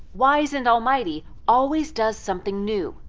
wise and almighty, always does something new.